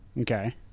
Okay